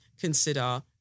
consider